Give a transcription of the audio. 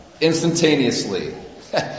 instantaneously